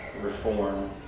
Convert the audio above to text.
reform